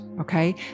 okay